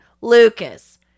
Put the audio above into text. Lucas